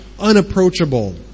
Unapproachable